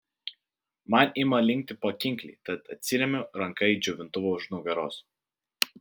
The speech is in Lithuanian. man ima linkti pakinkliai tad atsiremiu ranka į džiovintuvą už nugaros